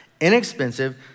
inexpensive